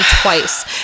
twice